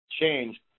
change